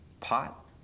Pot